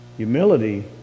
Humility